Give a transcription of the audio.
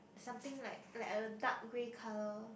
something like like a dark grey colour